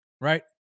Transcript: right